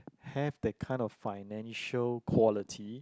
have that kind of financial quality